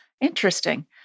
Interesting